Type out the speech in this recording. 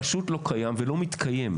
פשוט לא קיים ולא מתקיים.